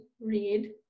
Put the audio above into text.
read